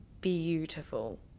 beautiful